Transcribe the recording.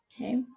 okay